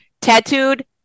tattooed